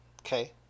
Okay